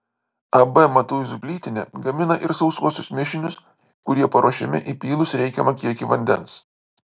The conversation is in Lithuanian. ab matuizų plytinė gamina ir sausuosius mišinius kurie paruošiami įpylus reikiamą kiekį vandens